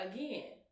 Again